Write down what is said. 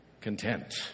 content